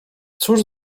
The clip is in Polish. cóż